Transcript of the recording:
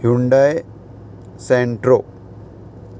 Hyundai सेंट्रो